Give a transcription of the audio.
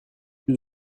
plus